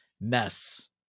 mess